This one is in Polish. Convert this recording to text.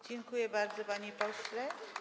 Dziękuję bardzo, panie pośle.